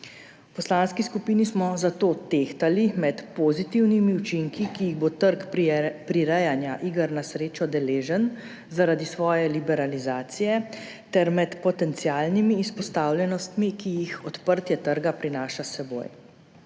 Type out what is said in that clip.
V poslanski skupini smo zato tehtali med pozitivnimi učinki, ki jih bo trg prirejanja iger na srečo deležen zaradi svoje liberalizacije, ter med potencialnimi izpostavljenostmi, ki jih odprtje trga prinaša s seboj.